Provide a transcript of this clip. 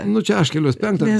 nu čia aš keliuos penktą